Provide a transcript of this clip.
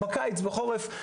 הוא יגיע בקיץ ובחורף.